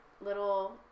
little